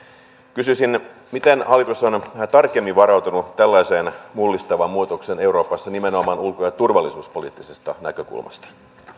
kysyisin miten hallitus on on tarkemmin varautunut tällaiseen mullistavaan muutokseen euroopassa nimenomaan ulko ja turvallisuuspoliittisesta näkökulmasta